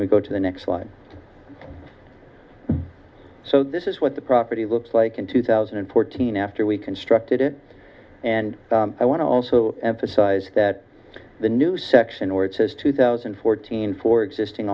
we go to the next one so this is what the property looks like in two thousand and fourteen after we constructed it and i want to also emphasize that the new section where it says two thousand and fourteen for existing